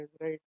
right